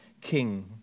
king